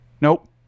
Nope